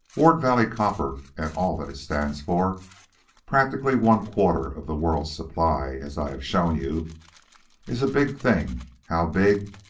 ward valley copper, and all that it stands for practically one-quarter of the world's supply, as i have shown you is a big thing, how big,